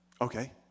Okay